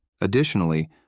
Additionally